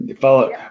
Follow